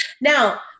Now